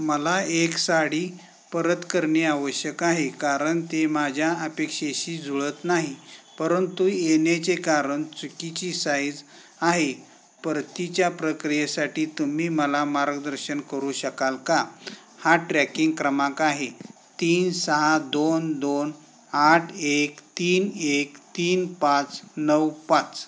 मला एक साडी परत करणे आवश्यक आहे कारण ते माझ्या अपेक्षेशी जुळत नाही परंतु येण्याचे कारण चुकीची साईज आहे परतीच्या प्रक्रियेसाठी तुम्ही मला मार्गदर्शन करू शकाल का हा ट्रॅकिंग क्रमांक आहे तीन सहा दोन दोन आठ एक तीन एक तीन पाच नऊ पाच